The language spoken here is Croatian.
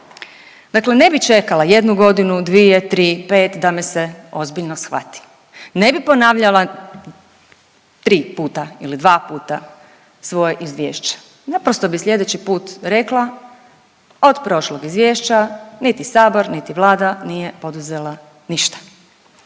Dakle, ne bi čekala jednu godinu, dvije, tri, pet da me se ozbiljno shvati, ne bi ponavljala tri puta ili dva puta svoje izvješće, naprosto bi slijedeći put rekla od prošlog izvješća niti sabor, niti Vlada nije poduzela ništa.